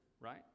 right